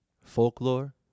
folklore